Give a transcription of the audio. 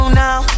now